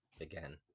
again